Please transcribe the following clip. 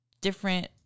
different